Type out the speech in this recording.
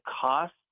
cost